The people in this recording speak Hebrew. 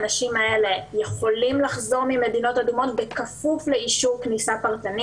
האנשים האלה יכולים לחזור ממדינות אדומות בכפוף לאישור כניסה פרטני.